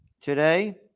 today